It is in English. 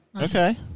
Okay